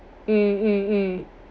mm mm mm